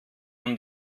und